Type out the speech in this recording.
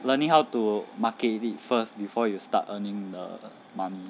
learning how to market it first before you start earning the money